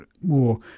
more